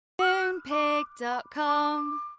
Moonpig.com